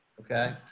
okay